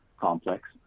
complex